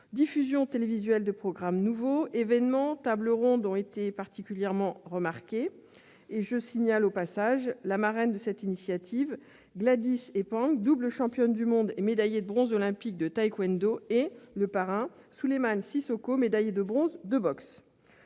Diffusion télévisuelle de programmes nouveaux, événements et tables rondes ont été particulièrement remarqués. La marraine de cette initiative est Gwladys Épangue, double championne du monde et médaillée de bronze olympique de taekwondo, le parrain est Souleymane Cissokho, médaillé de bronze de boxe.